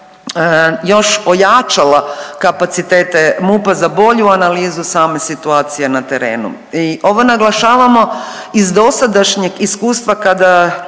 još ojačala kapacitete MUP-a za bolju analizu same situacije na terenu. I ovo naglašavamo iz dosadašnjeg iskustva kada